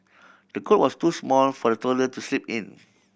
the cot was too small for the toddler to sleep in